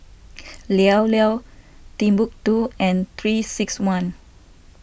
Llao Llao Timbuk two and three six one